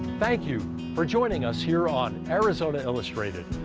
thank you for joining us here on arizona illustrated.